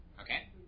Okay